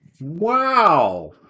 Wow